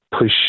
push